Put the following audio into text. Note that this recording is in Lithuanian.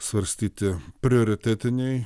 svarstyti prioritetiniai